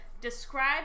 describe